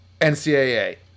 ncaa